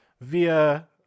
via